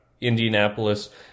Indianapolis